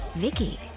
vicky